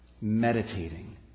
Meditating